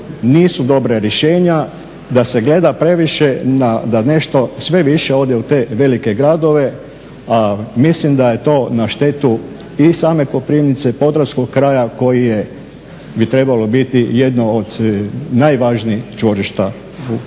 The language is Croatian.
nisu dobra rješenja, da se gleda previše da nešto sve više ode u te velike gradove, a mislim da je to na štetu i same Koprivnice, podravskog kraja koji je, bi trebalo biti jedno od najvažnijih čvorišta u našoj